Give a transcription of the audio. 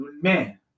man